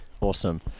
awesome